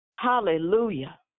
Hallelujah